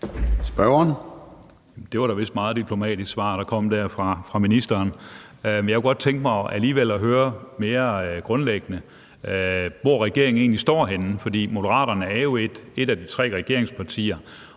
Det var da vist et meget diplomatisk svar, der kom fra ministeren. Jeg kunne alligevel godt tænke mig at høre mere grundlæggende, hvor regeringen egentlig står henne. For Moderaterne er jo et af de tre regeringspartier,